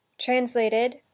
Translated